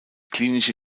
klinische